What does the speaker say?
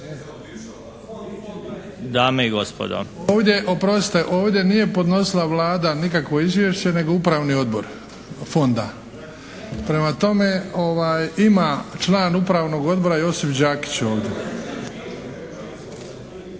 Oprostite, ovdje nije podnosila Vlada nikakvo izvješće nego Upravni odbor fonda. Prema tome, ima član Upravnog odbora Josip Đakić je ovdje.